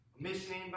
Missing